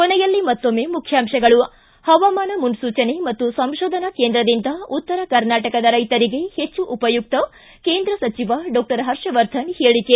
ಕೊನೆಯಲ್ಲಿ ಮತ್ತೊಮ್ಮೆ ಮುಖ್ಯಾಂಶಗಳು ಿ ಹವಾಮಾನ ಮುನ್ನೂಚನೆ ಮತ್ತು ಸಂಶೋಧನಾ ಕೇಂದ್ರದಿಂದ ಉತ್ತರ ಕರ್ನಾಟಕದ ರೈತರಿಗೆ ಹೆಚ್ಚು ಉಪಯುಕ್ತ ಕೇಂದ್ರ ಸಚಿವ ಡಾಕ್ಟರ್ ಹರ್ಷವರ್ಧನ್ ಹೇಳಿಕೆ